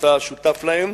אתה שותף להן,